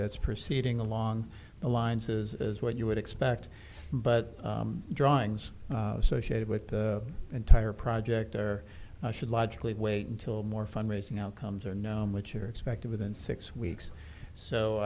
that's proceeding along the lines is as what you would expect but drawings so shared with the entire project there should logically wait until more fundraising outcomes are known which are expected within six weeks so